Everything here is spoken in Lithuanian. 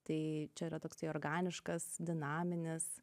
tai čia yra toksai organiškas dinaminis